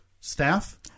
staff